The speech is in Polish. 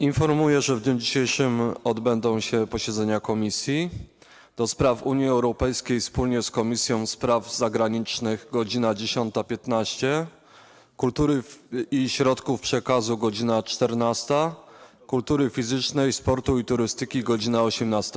Informuję, że w dniu dzisiejszym odbędą się posiedzenia Komisji: - do Spraw Unii Europejskiej wspólnie z Komisją Spraw Zagranicznych - godz. 13.15, - Kultury i Środków Przekazu - godz. 14, - Kultury Fizycznej, Sportu i Turystyki - godz. 18.